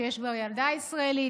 שיש כבר ילדה ישראלית,